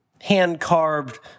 hand-carved